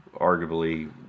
arguably